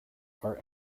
are